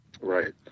Right